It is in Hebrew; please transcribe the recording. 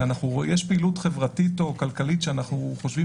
אלא יש פעילות חברתית או כלכלית שאנחנו חושבים